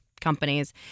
companies